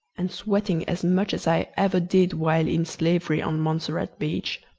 and sweating as much as i ever did while in slavery on montserrat beach.